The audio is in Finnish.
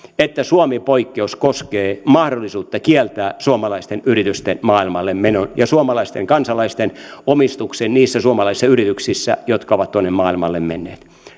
että suomi poikkeus koskee mahdollisuutta kieltää suomalaisten yritysten maailmalle menon ja suomalaisten kansalaisten omistuksen niissä suomalaisissa yrityksissä jotka ovat tuonne maailmalle menneet